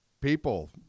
people